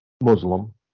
Muslim